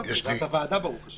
בעזרת הוועדה, ברוך השם.